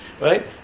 right